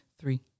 Three